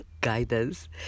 guidance